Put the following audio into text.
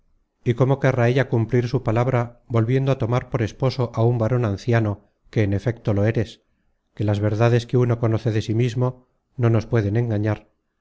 y cómo querrá ella cumplir su palabra volviendo á tomar por esposo á un varon anciano que en efecto lo eres que las verdades que uno conoce de sí mismo no nos pueden engañar